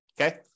Okay